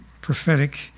prophetic